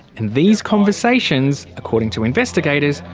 and these conversations, according to investigators,